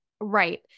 Right